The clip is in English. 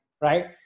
Right